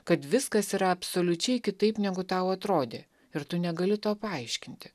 kad viskas yra absoliučiai kitaip negu tau atrodė ir tu negali to paaiškinti